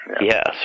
Yes